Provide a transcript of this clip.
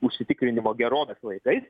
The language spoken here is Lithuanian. užsitikrinimo gerovės laikais